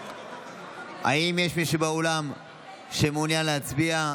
האם יש מישהו באולם שמעוניין להצביע?